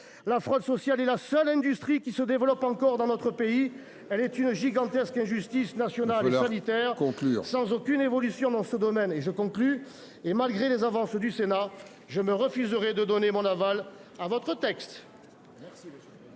La fraude sociale est la seule industrie qui se développe encore dans notre pays. Elle est une gigantesque injustice nationale et sanitaire. Il faut conclure ! Sans aucune évolution dans ce domaine et malgré les avancées du Sénat, je me refuserai à donner mon aval à votre texte.